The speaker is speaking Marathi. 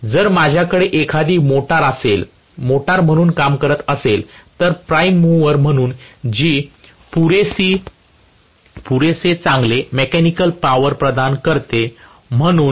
तर जर माझ्याकडे एखादी मशीन मोटर म्हणून काम करत असेल तर प्राइम मूवर म्हणून जी पुरेसे चांगले मेकॅनिकल पावर प्रदान करते